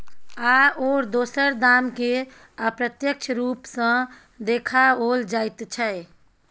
आओर दोसर दामकेँ अप्रत्यक्ष रूप सँ देखाओल जाइत छै